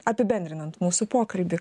apibendrinant mūsų pokalbį